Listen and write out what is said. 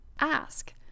Ask